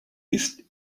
ist